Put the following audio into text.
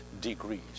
degrees